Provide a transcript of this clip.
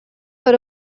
for